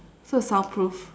so it's soundproof